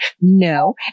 no